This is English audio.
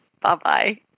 Bye-bye